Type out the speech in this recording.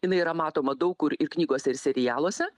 jinai yra matoma daug kur ir knygose ir serialuose